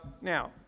Now